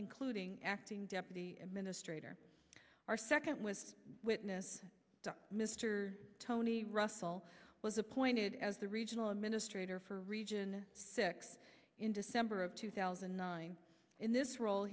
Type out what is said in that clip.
including acting deputy administrator our second was witness mr tony russell was appointed as the regional administrator for region six in december of two thousand and nine in this role